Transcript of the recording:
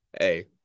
hey